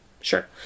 Sure